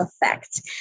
effect